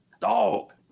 Dog